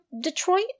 Detroit